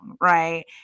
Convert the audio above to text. right